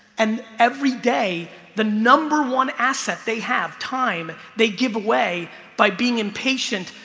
and every day the number one asset they have, time, they give away by being impatient,